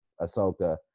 Ahsoka